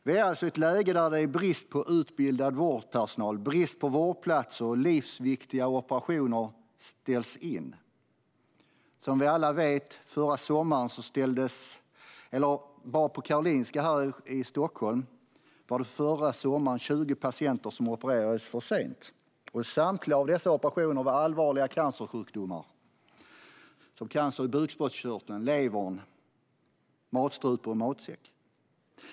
Vi är alltså i ett läge där det råder brist på utbildad vårdpersonal och brist på vårdplatser och där livsviktiga operationer ställs in. Som vi alla vet var det förra sommaren bara på Karolinska här i Stockholm 20 patienter som opererades för sent. Samtliga dessa operationer gällde allvarliga cancersjukdomar, som cancer i bukspottkörtel, lever, matstrupe eller magsäck.